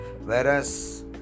Whereas